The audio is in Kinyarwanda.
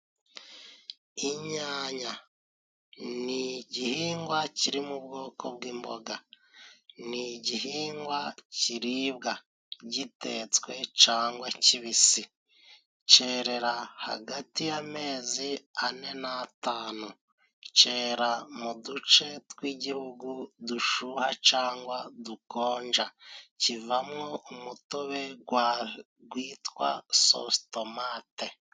inyanya ni igihingwa kiri mu bwoko bw'imboga. Ni igihingwa kiribwa gitetswe cangwa kibisi Cerera hagati y'amezi ane n'atanu. Cera mu duce tw'Igihugu dushuha cangwa dukonja. Kivamwo umutobe witwa sositomate.